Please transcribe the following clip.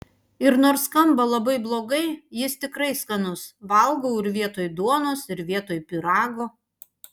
ir nors skamba labai blogai jis tikrai skanus valgau ir vietoj duonos ir vietoj pyrago